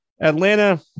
Atlanta